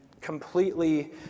completely